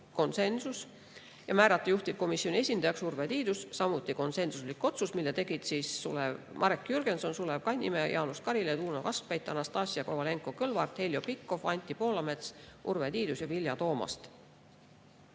konsensus, ja määrata juhtivkomisjoni esindajaks Urve Tiidus, samuti konsensuslik otsus, mille tegid Marek Jürgenson, Sulev Kannimäe, Jaanus Karilaid, Uno Kaskpeit, Anastassia Kovalenko-Kõlvart, Heljo Pikhof, Anti Poolamets, Urve Tiidus ja Vilja Toomast.